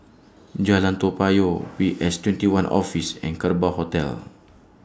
Jalan Toa Payoh P S twenty one Office and Kerbau Hotel